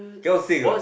cannot sing lah